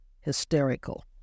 hysterical